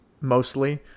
mostly